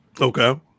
okay